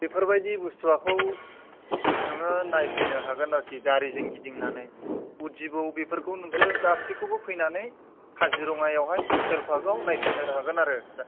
बेफोरबायदि बुस्थुआखौ नोङो नायफैनो हागोन आरोखि गारिजों गिदिंनानै उद जिबौ बिफोरखौ नोंसोरो गासिखौबो फैनानै काजिर'ङायावहाय नेसनेल पार्क आव नायफैनो हागोन आरो आदा